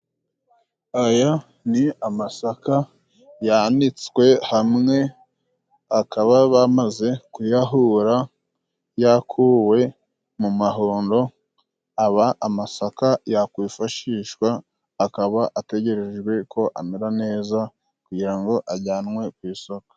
Aya ni amasaka yanitswe hamwe akaba bamaze kuyahura yakuwe mu mahondo aba amasaka yakwifashishwa akaba ategerejwe ko amera neza kugira ngo ajyanwe ku isoko.